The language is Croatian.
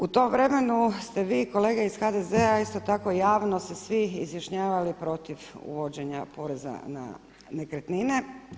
U tom vremenu ste vi, kolege iz HDZ-a, isto tako javno se svi izjašnjavali protiv uvođenja poreza na nekretnine.